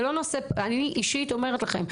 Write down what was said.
אני אישית אומרת לכם.